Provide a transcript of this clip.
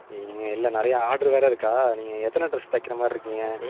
இங்கே இல்லை நிறையா ஆட்ரு வேறு இருக்கா நீங்கள் எத்தனை ட்ரெஸ் தைக்கிற மாதிரி இருக்கீங்க